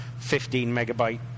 15-megabyte